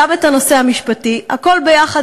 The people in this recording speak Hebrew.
גם את הנושא המשפטי הכול ביחד,